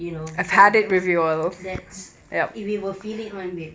you know evaporated that's we will feel [one] babe